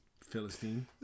Philistine